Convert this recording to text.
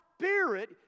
Spirit